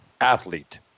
athlete